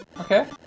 Okay